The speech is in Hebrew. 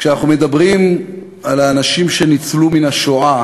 כשאנחנו מדברים על האנשים שניצלו מן השואה